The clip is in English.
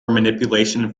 manipulation